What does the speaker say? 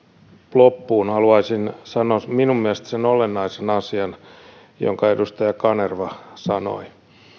loppuun haluaisin sanoa minun mielestäni sen olennaisen asian jonka edustaja kanerva sanoi